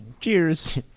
Cheers